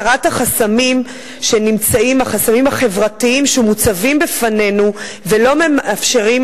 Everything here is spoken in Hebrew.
הסרת החסמים החברתיים שמוצבים בפנינו ולא מאפשרים